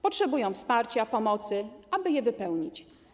Potrzebują one wsparcia, pomocy, aby je wypełnić.